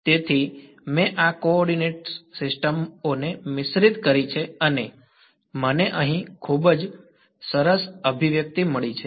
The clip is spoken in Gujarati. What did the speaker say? તેથી મેં આ કો ઓર્ડિનેટ સિસ્ટમ ઓને મિશ્રિત કરી છે અને મને અહીં ખૂબ સરસ અભિવ્યક્તિ મળી છે